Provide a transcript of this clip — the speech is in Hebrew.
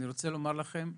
אני רוצה לומר לכם,